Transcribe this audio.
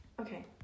okay